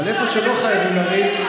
אבל איפה שלא חייבים לריב,